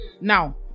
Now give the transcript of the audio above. Now